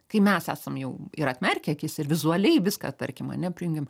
kai mes esam jau ir atmerkę akis ir vizualiai viską tarkim ane prijungiam